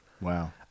wow